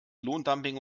lohndumping